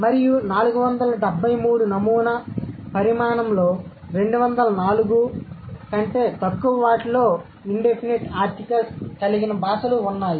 మరియు 473 నమూనా పరిమాణంలో 204 కంటే తక్కువ వాటిలో ఇన్ డెఫినిట్ ఆర్టికల్స్ కలిగిన బాషలు ఉన్నాయి